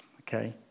okay